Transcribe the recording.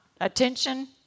Attention